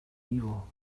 evil